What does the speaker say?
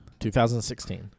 2016